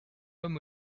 homme